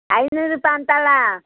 ಐನೂರು ರೂಪಾಯಿ ಅಂತಾಳೆ